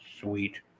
Sweet